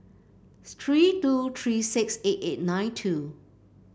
three two three six eight eight nine two